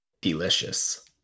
Delicious